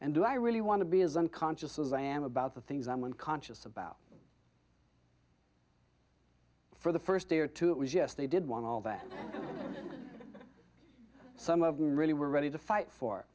and do i really want to be as unconscious as i am about the things i'm conscious about for the first day or two it was yes they did want all that some of them really were ready to fight for